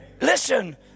Listen